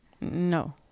No